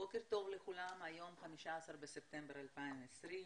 בוקר טוב לכולם, היום 15 בספטמבר 2020,